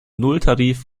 nulltarif